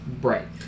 Right